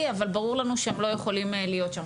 אבל ברור לנו שהם לא יכולים להיות שם.